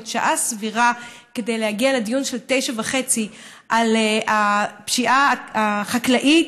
שזאת שעה סבירה כדי להגיע לדיון של 09:30 על הפשיעה החקלאית,